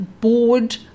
board